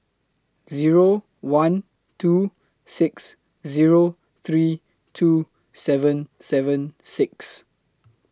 Zero one two six Zero three two seven seven six